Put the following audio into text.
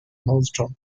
hausdorff